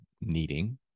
needing